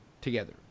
together